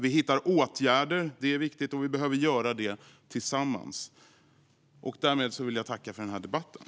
Vi hittar åtgärder - det är viktigt - och vi behöver göra det tillsammans. Därmed vill jag tacka för debatten.